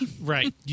Right